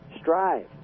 Strive